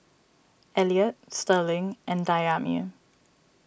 Elliot Sterling and Dayami